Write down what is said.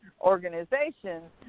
organization